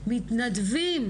מתנדבים.